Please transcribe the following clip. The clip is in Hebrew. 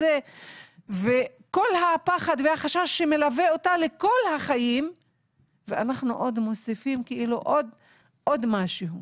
וכל הפחד והחשש שמלווה אותה לכל החיים ואנחנו עוד מוסיפים עוד משהו.